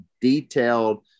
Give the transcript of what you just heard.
detailed